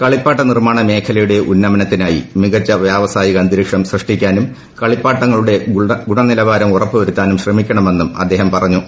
കളിപ്പാട്ട നിർമാണ മേഖലയുട്ടു ഉന്നമത്തിനായി മികച്ച വ്യാവസായിക അന്തരീക്ഷം സൃഷ്ടിക്കാനും കളിപ്പാട്ടങ്ങളുടെ ഗുണനിലവാരം ഉറപ്പു വരുത്തിനും ശ്രമിക്കണമെന്നും അദ്ദേഹം പറഞ്ഞു